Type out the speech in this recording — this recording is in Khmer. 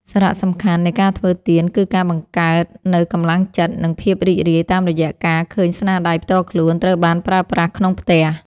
សារៈសំខាន់នៃការធ្វើទៀនគឺការបង្កើតនូវកម្លាំងចិត្ត និងភាពរីករាយតាមរយៈការឃើញស្នាដៃផ្ទាល់ខ្លួនត្រូវបានប្រើប្រាស់ក្នុងផ្ទះ។